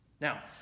Now